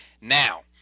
Now